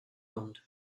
owned